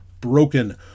broken